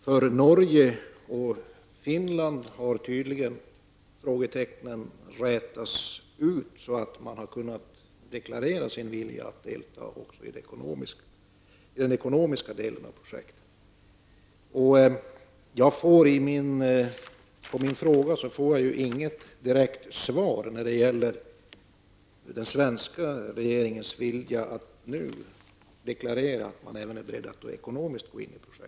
För Norge och Finland har frågetecknen tydligen rätats ut, så att man kunnat deklarera sin vilja att delta även ekonomiskt i projektet. På min fråga får jag inget direkt svar när det gäller den svenska regeringens vilja att nu deklarera att man är beredd att även ekonomiskt gå in i projektet.